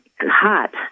hot